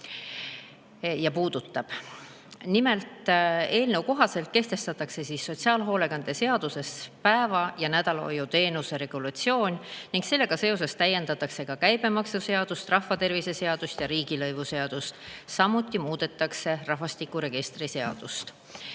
ja muuta soovib. Nimelt, eelnõu kohaselt kehtestatakse sotsiaalhoolekande seaduses päeva- ja nädalahoiu teenuse regulatsioon ning sellega seoses täiendatakse ka käibemaksuseadust, rahvatervise seadust ja riigilõivuseadust. Samuti muudetakse rahvastikuregistri seadust.